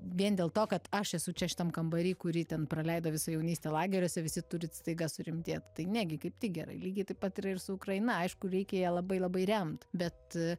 vien dėl to kad aš esu čia šitam kambary kuri ten praleido visą jaunystę lageriuose visi turi staiga surimtėt tai negi kaip tik gerai lygiai taip pat yra ir su ukraina aišku reikia ją labai labai remt bet